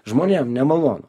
žmonėm nemalonu